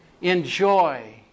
enjoy